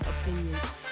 opinions